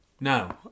No